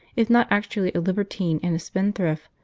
if not actually a libertine and a spendthrift,